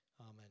Amen